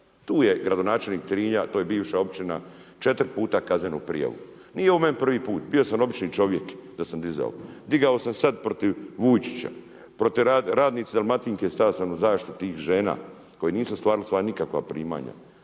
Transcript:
Tu je gradonačelnik Trilja, to je bivša općina 4 puta kaznenu prijavu. Nije ovo meni prvi put, bio sam obični čovjek da sam dizao. Digao sam sada protiv Vujčića, protiv radnica Dalmatinke stao sam u zaštiti tih žena koje nisu ostvarile svoja nikakva primanja.